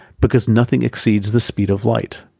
because nothing exceeds the speed of light.